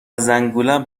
زنگولم